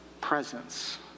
presence